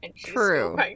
True